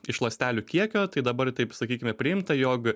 iš ląstelių kiekio tai dabar taip sakykime priimta jog